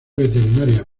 veterinaria